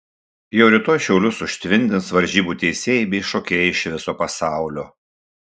jau rytoj šiaulius užtvindys varžybų teisėjai bei šokėjai iš viso pasaulio